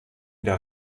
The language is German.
der